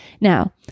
Now